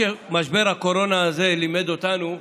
משבר הקורונה הזה לימד אותנו,